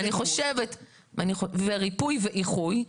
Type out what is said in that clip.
-- וריפוי ואיחוי,